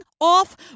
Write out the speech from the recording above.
Off